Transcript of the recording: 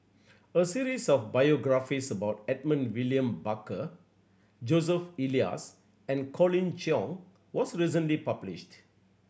a series of biographies about Edmund William Barker Joseph Elias and Colin Cheong was recently published